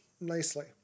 nicely